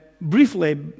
briefly